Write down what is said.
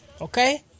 okay